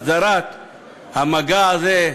הסדרת המגע הזה,